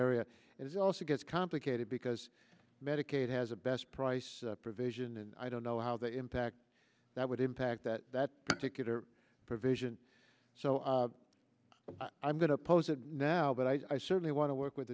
area and it also gets complicated because medicaid has a best price provision and i don't know how that impact that would impact that that particular provision so i'm going to oppose it now but i certainly want to work with